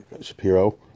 Shapiro